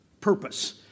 purpose